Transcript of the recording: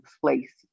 place